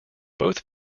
both